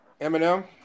Eminem